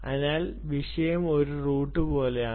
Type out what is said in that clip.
അതിനാൽ വിഷയം ഒരു റൂട്ട് പോലെയാണ്